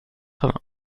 vingts